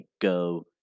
go